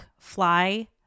fly